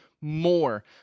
more